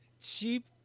cheap